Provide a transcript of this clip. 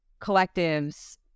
collectives